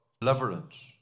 deliverance